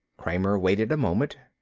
kramer waited a moment.